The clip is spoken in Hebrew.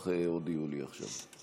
כך הודיעו לי עכשיו.